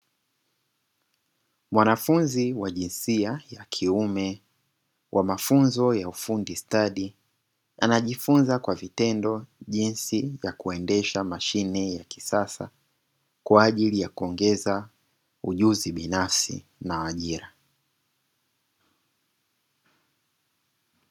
Mwanafunzi wa jinsia ya kiume wa mafunzo ya ufundi stadi, anajifunza kwa vitendo jinsi ya kuendesha mashine ya kisasa, kwaajili ya kuongeza ujuzi binafsi na ajira.